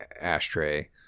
ashtray